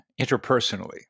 interpersonally